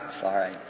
sorry